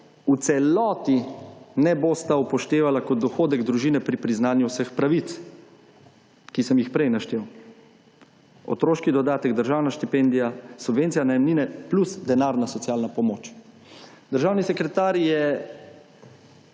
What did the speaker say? v celoti ne bosta upoštevala kot dohodek družine pri priznanju vseh pravic, ki sem jih prej naštel. Otroški dodatek, državna štipendija, subvencija najemnine plus denarna socialna pomoč. Državni sekretar je